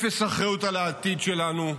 אפס אחריות על העתיד שלנו,